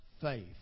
faith